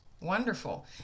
wonderful